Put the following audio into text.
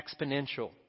exponential